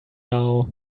now